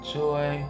joy